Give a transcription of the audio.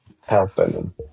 helping